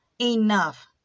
enough